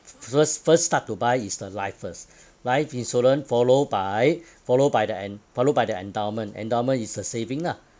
f~ first first start to buy is the life first life insurance followed by followed by the en~ followed by the endowment endowment is a saving ah